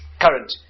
current